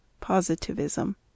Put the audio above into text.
Positivism